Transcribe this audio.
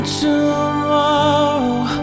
tomorrow